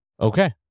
okay